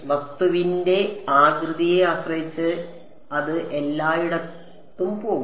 വസ്തുവിന്റെ ആകൃതിയെ ആശ്രയിച്ച് അത് എല്ലായിടത്തും പോകും